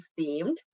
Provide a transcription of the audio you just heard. themed